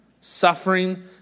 suffering